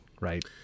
right